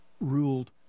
ruled